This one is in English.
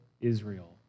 Israel